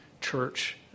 Church